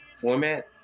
format